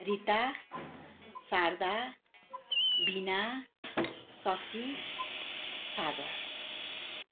Rita Sharda Bina Shashi Sagar